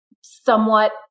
somewhat